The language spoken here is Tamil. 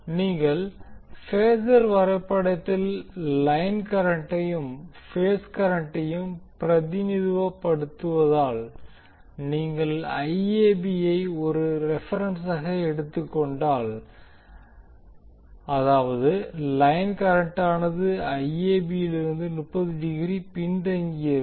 நீங்கள் பேசர் வரைபடத்தில் லைன் கரண்டையும் பேஸ் கரண்டையும் பிரதிநிதித்துவப்படுத்தினால் நீங்கள் ஐ ஒரு ரெபெரென்ஸாக எடுத்துக் கொண்டால் அதாவது லைன் கரண்டானது இலிருந்து 30 டிகிரி பின்தங்கியிருக்கும்